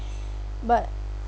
but